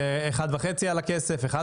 מבחינת החוזים שלכם מול החברות,